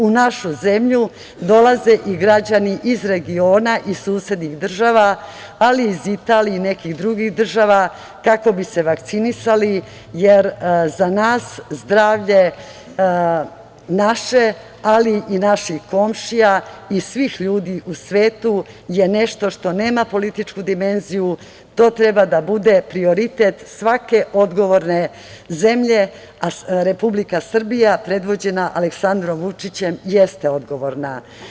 U našu zemlju dolaze i građani iz regiona, iz susednih država, ali i iz Italije i nekih drugih država, kako bi se vakcinisali, jer za nas zdravlje naše, ali i naših komšija i svih ljudi u svetu je nešto što nema političku dimenziju, to treba da bude prioritet svake odgovorne zemlje, a Republika Srbija, predvođena Aleksandrom Vučićem, jeste odgovorna.